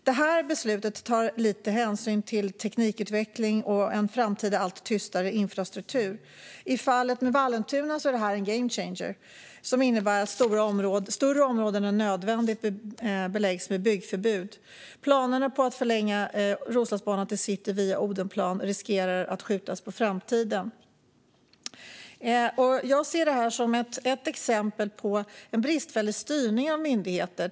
Detta beslut tar liten hänsyn till teknikutveckling och en framtida allt tystare infrastruktur. I fallet med Vallentuna är detta en game changer som innebär att större områden än nödvändigt beläggs med byggförbud. Planerna på att förlänga Roslagsbanan till City via Odenplan riskerar att skjutas på framtiden. Jag ser detta som ett exempel på en bristfällig styrning av myndigheter.